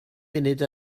munud